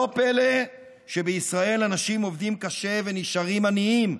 לא פלא שבישראל אנשים עובדים קשה ונשארים עניים.